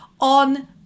on